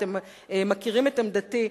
אתם מכירים את עמדתי.